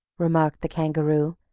remarked the kangaroo.